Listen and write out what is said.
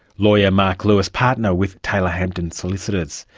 lawyer mark lewis, partner with taylor hampton solicitors.